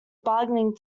bargaining